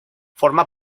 forma